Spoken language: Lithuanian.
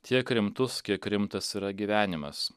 tiek rimtus kiek rimtas yra gyvenimas